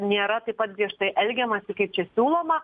nėra taip pat griežtai elgiamasi kaip čia siūloma